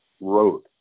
road